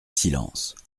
silence